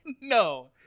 No